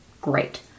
great